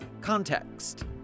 Context